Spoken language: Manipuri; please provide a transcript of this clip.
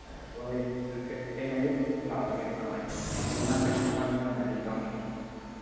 ꯍꯣꯏ ꯀꯔꯤ ꯅꯨꯃꯤꯠ ꯂꯥꯛꯎꯒꯦ ꯑꯗꯨ ꯀꯃꯥꯏꯅ ꯇꯧꯕ ꯈꯤꯇꯪ ꯃꯃꯥꯡꯗ ꯈꯤꯇꯪ ꯃꯥꯡꯖꯧꯅꯅꯗꯤ ꯇꯧꯅꯤꯡꯕꯅꯤ